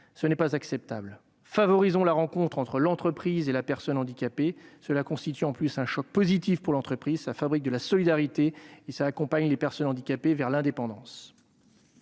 ce n'est pas acceptable ! Nous devons favoriser la rencontre entre l'entreprise et la personne handicapée. Cela constitue bien souvent un choc positif pour l'entreprise, fabrique de la solidarité et accompagne les personnes handicapées vers l'indépendance.